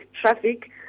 traffic